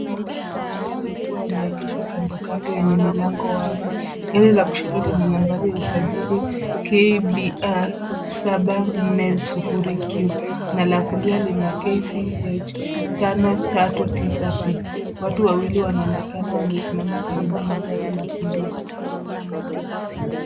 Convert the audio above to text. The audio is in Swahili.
Magari mawili yaliyokuwa yameegeshwa kando kando yenye milango wazi. Gari la kushoto lina nambari ya usajili KBR 740Q na la kulia lina nambari KCH 539P. Watu wawili wanaonekana wamesimama karibu na gari la kulia.